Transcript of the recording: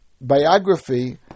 biography